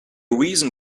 reason